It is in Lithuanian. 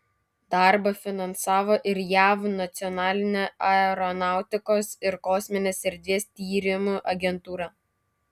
darbą finansavo ir jav nacionalinė aeronautikos ir kosminės erdvės tyrimų agentūra